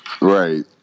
right